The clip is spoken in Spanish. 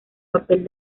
papel